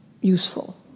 useful